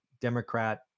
Democrat